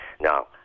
Now